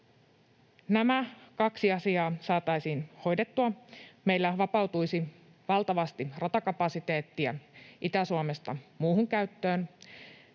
nämä kaksi asiaa saataisiin hoidettua, meillä vapautuisi valtavasti ratakapasiteettia Itä-Suomesta muuhun käyttöön.